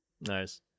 nice